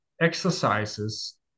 exercises